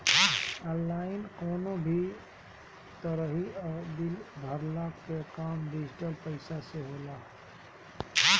online कवनो भी तरही कअ बिल भरला कअ काम डिजिटल पईसा से होला